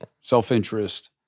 self-interest